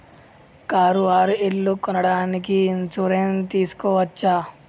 Car or ఇల్లు కొనడానికి insurance తీస్కోవచ్చా?